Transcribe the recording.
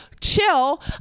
chill